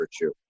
virtue